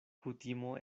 kutimo